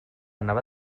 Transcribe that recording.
anava